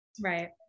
Right